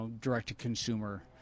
direct-to-consumer